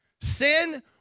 Sin